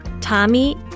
Tommy